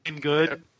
good